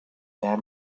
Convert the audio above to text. then